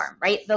right